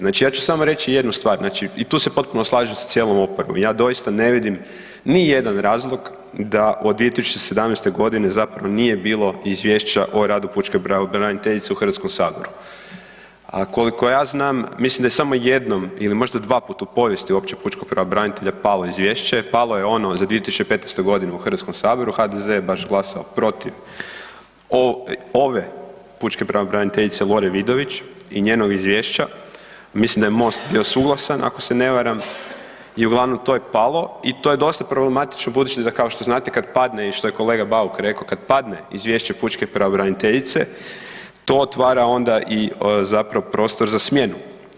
Znači ja ću samo reći jednu stvar, znači i tu se potpuno slažem sa cijelom oporbom, ja doista ne vidim nijedan razlog da od 2017. g. zapravo nije bilo izvješća o radu pučke pravobraniteljice u Hrvatskom saboru a koliko ja znam, mislim da je samo jednom ili možda dvaput u povijesti uopće pučkog pravobranitelja palo izvješće, palo je ono za 2015. g. u Hrvatskom saboru, HDZ je baš glasao protiv ove pučke pravobraniteljice Lore Vidović i njenog izvješća, mislim da je Most bio suglasan ako se ne varam i uglavnom to je palo i to je dosta problematično budući da kao što znate, kad padne i što je kolega Bauk reko, kad padne izvješće pučke pravobraniteljice, to otvara onda i zapravo prostor za smjenu.